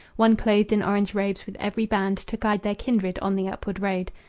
one clothed in orange robes with every band to guide their kindred on the upward road.